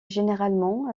généralement